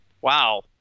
Wow